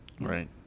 right